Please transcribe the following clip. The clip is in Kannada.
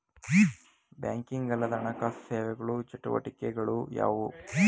ಬ್ಯಾಂಕಿಂಗ್ ಅಲ್ಲದ ಹಣಕಾಸು ಸೇವೆಗಳ ಚಟುವಟಿಕೆಗಳು ಯಾವುವು?